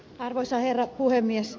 arvoisa herra puhemies